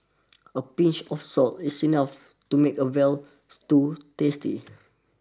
a pinch of salt is enough to make a Veal Stew tasty